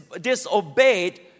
disobeyed